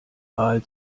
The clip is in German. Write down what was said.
wahl